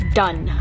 done